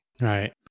Right